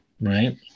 Right